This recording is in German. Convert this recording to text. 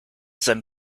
seinem